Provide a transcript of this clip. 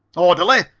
orderly!